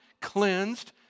cleansed